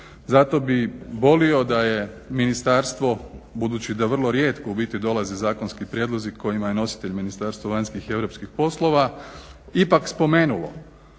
Zato bih volio da je ministarstvo budući da vrlo rijetko u biti dolazi zakonski prijedlozi kojima je nositelj Ministarstvo vanjskih europskih poslova ipak spomenulo